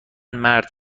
مرد